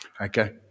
Okay